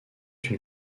une